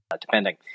depending